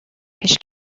پیش